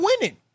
winning